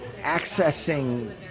accessing